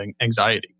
anxiety